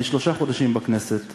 אני שלושה חודשים בכנסת,